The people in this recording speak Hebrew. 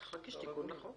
צריך להגיש תיקון לחוק.